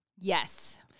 Yes